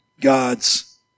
God's